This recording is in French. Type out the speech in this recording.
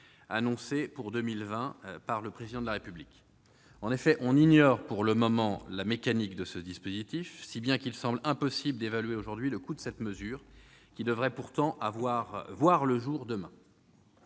annoncé pour 2020 par le Président de la République. En effet, on ignore pour le moment la mécanique de ce dispositif, si bien qu'il semble impossible d'évaluer aujourd'hui le coût de cette mesure qui devrait pourtant voir le jour demain.